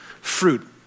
fruit